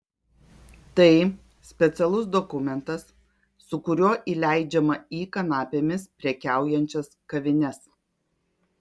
tai specialus dokumentas su kuriuo įleidžiama į kanapėmis prekiaujančias kavines